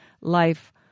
life